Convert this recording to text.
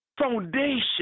foundation